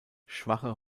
schwache